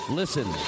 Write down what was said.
listen